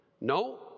No